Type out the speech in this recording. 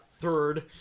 Third